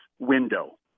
window